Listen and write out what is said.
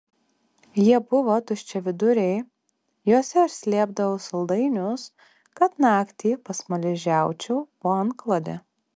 jie buvo tuščiaviduriai juose aš slėpdavau saldainius kad naktį pasmaližiaučiau po antklode